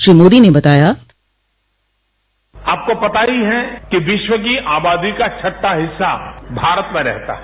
श्री मोदी ने बताया आपको पता ही हैं कि विश्व की आबादी का छठा हिस्सा भारत में रहता है